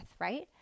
right